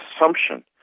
assumption